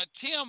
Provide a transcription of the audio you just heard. Tim